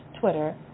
Twitter